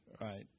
Right